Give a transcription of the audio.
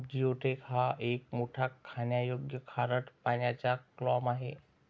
geoduck हा एक मोठा खाण्यायोग्य खारट पाण्याचा क्लॅम आहे